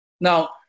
now